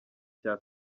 cya